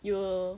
you will